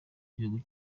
gihugu